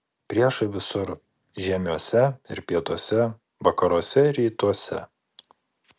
priešai visur žiemiuose ir pietuose vakaruose ir rytuose